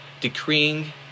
decreeing